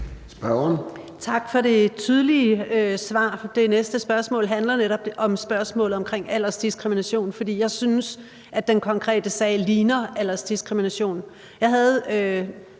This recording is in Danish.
(SF): Tak for det tydelige svar. Det næste spørgsmål handler netop om spørgsmålet omkring aldersdiskrimination, for jeg synes, at den konkrete sag ligner aldersdiskrimination. Jeg havde